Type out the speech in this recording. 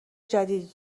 جدید